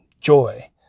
joy